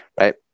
right